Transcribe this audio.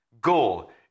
goal